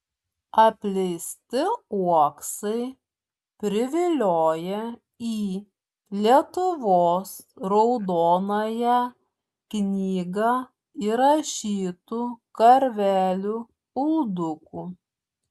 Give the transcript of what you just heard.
apleisti uoksai privilioja į lietuvos raudonąją knygą įrašytų karvelių uldukų